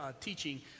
teaching